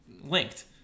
linked